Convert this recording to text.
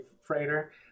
freighter